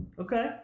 Okay